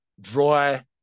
dry